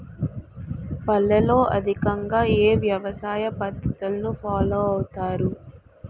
పల్లెల్లో అధికంగా ఏ వ్యవసాయ పద్ధతులను ఫాలో అవతారు?